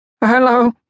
Hello